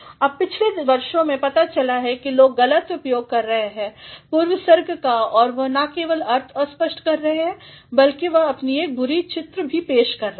अब पिछले वर्षों में पता चला है कि लोग गलत उपयोग कर रहे हैं पूर्वसर्ग का और वह ना केवल अर्थ अस्पष्ट कर रहे हैं बल्की वह अपनी एक बुरी चित्र भी पेश कर रहे हैं